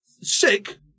sick